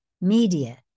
media